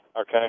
Okay